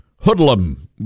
hoodlum